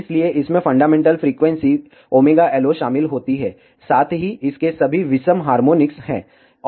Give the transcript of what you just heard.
इसलिए इसमें fundamental frequency ωLO शामिल होती है साथ ही इसके सभी विषम हार्मोनिक्स है